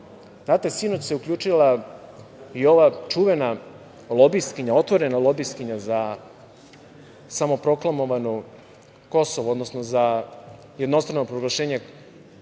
Znate, sinoć se uključila i ova čuvena lobistkinja, otvorena lobistkinja za samoproklamovano Kosovo, odnosno za prihvatanje jednostrano proglašene